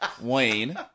Wayne